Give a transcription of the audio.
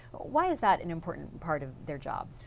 why is that an important part of their job?